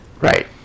Right